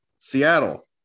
Seattle